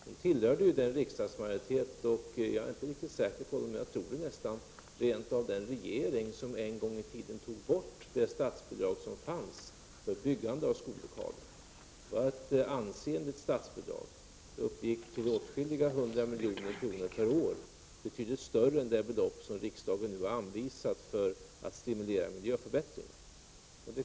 Hon tillhörde ju den riksdagsmajoritet och rent av, tror jag, den regering som en gång i tiden tog bort det statsbidrag som fanns för byggande av skollokaler. Det var ett ansenligt statsbidrag. Det uppgick till åtskilliga hundra miljoner per år, vilket är ett betydligt större belopp än det som riksdagen nu har anvisat för att stimulera miljöförbättringar.